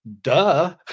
duh